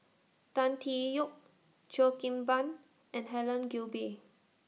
Tan Tee Yoke Cheo Kim Ban and Helen Gilbey